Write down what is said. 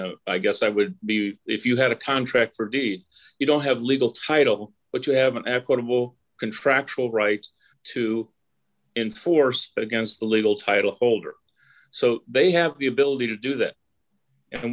know i guess i would be if you had a contract for deed you don't have legal title but you have an equitable contractual rights to enforce against the legal title holder so they have the ability to do that